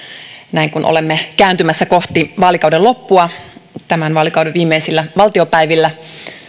näin kun olemme kääntymässä kohti vaalikauden loppua tämän vaalikauden viimeisillä valtiopäivillä